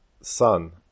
sun